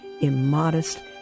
immodest